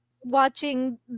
watching